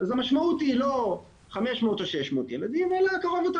אז המשמעות היא לא 500 או 600 ילדים אלא קרוב יותר